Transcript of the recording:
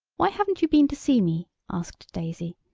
why haven't you been to see me? asked daisy.